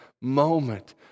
moment